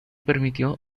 permitió